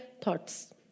Thoughts